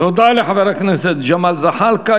תודה לחבר הכנסת ג'מאל זחאלקה.